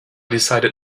decided